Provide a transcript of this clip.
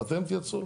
אתם תייצרו?